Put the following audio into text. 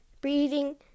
breathing